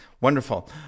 Wonderful